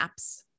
apps